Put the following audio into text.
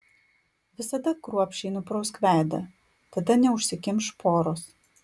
visada kruopščiai nuprausk veidą tada neužsikimš poros